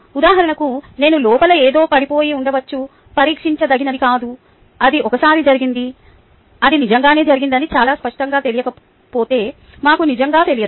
ఉదాహరణకు నేను లోపల ఏదో పడిపోయి ఉండవచ్చు పరీక్షించదగినది కాదు అది ఒకసారి జరిగింది అది నిజంగానే జరిగిందని చాలా స్పష్టంగా తెలియకపోతే మాకు నిజంగా తెలియదు